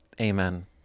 Amen